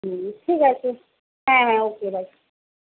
হ্যাঁ হ্যাঁ ঠিক আছে রাখুন